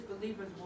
believer's